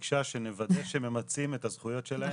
ביקשה שנוודא שממצים את הזכויות שלהם.